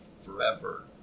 forever